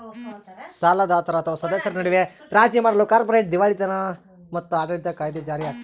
ಸಾಲದಾತರ ಅಥವಾ ಸದಸ್ಯರ ನಡುವೆ ರಾಜಿ ಮಾಡಲು ಕಾರ್ಪೊರೇಟ್ ದಿವಾಳಿತನ ಮತ್ತು ಆಡಳಿತ ಕಾಯಿದೆ ಜಾರಿಯಾಗ್ತದ